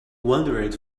wandered